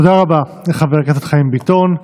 תודה רבה לחבר הכנסת חיים ביטון.